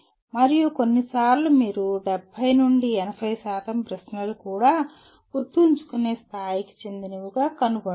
మరియు కొన్నిసార్లు మీరు 70 నుండి 80 ప్రశ్నలు కూడా గుర్తుంచుకునే స్థాయికి చెందినవిగా కనుగొంటారు